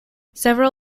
several